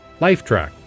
Lifetrack